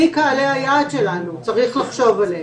מי קהלי היעד שלנו, צריך לחשוב עליהם.